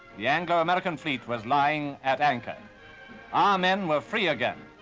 the anglo-american fleet was lying at anchor. our men were free again.